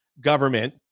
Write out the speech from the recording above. government